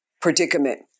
predicament